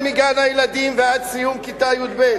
מגן-הילדים ועד סיום כיתה י"ב.